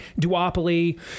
duopoly